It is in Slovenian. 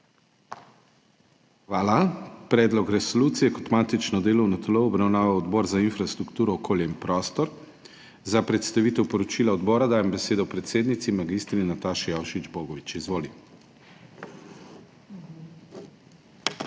Hvala. Predlog resolucije je kot matično delovno telo obravnaval Odbor za infrastrukturo, okolje in prostor. Za predstavitev poročila odbora dajem besedo predsednici mag. Nataši Avšič Bogovič. Izvoli.